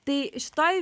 tai šitoj